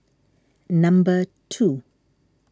number two